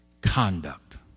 conduct